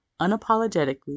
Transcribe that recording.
unapologetically